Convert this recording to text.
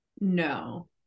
no